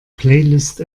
playlist